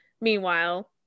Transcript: meanwhile